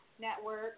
Network